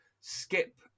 skip